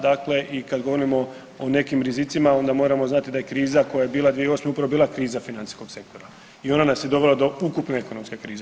Dakle, i kad govorimo o nekim rizicima onda moramo znati da je kriza koja je bila 2008. upravo bila kriza financijskog sektora i ona nas je dovela do ukupne ekonomske krize.